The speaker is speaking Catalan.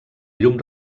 llum